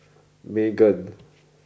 Megan